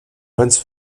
vans